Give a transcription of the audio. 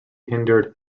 hindered